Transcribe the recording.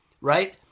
right